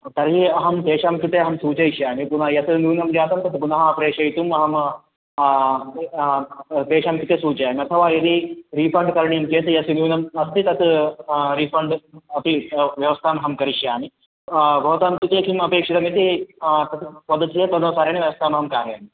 तर्हि अहं तेषां कृते अहं सूचयिष्यामि पुनः यत् न्यूनं जातं तत् पुनः प्रेषयितुम् अहं तेषां कृते सूचयामि अथवा यदि रीफ़ण्ड् करणीयं चेत् यत् न्यूनम् अस्ति तत् रीफ़ण्ड् अपि व्यवस्थामहं करिष्यामि भवतां कृते किम् अपेक्षितमिति तत् वदति चेत् तदनुसारेण व्यवस्थामहं कारयामि